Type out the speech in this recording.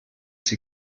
sie